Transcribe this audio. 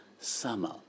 Summer